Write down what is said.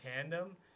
tandem